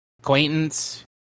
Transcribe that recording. acquaintance